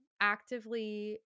actively